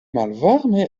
malvarme